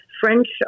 French